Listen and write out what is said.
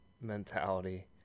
mentality